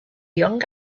young